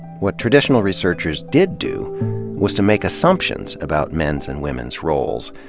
what traditional researchers did do was to make assumptions about men's and women's roles,